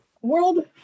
world